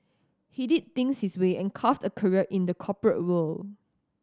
he did things his way and carved a career in the corporate world